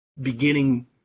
beginning